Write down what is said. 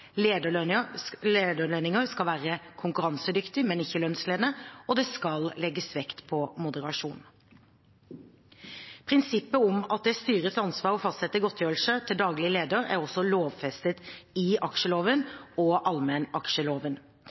lederlønninger skal være konkurransedyktige, men ikke lønnsledende, og det skal legges vekt på moderasjon. Prinsippet om at det er styrets ansvar å fastsette godtgjørelse til daglig leder er også lovfestet i aksjeloven og allmennaksjeloven.